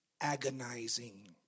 agonizing